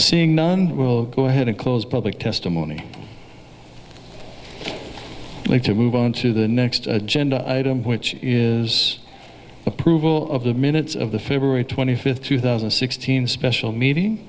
seeing none go ahead and close public testimony and like to move on to the next agenda item which is approval of the minutes of the february twenty fifth two thousand and sixteen special meeting